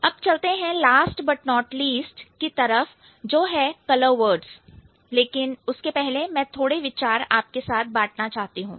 अब चलते हैं last but not least last but not least की तरफ जो है कलर वर्ड्स लेकिन उसके पहले मैं थोड़े विचार आपके साथ बांटना चाहती हूं